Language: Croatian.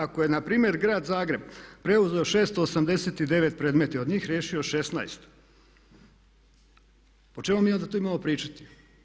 Ako je npr. grad Zagreb preuzeo 689 predmeta i od njih riješio 16, po čemu mi onda tu imamo pričati?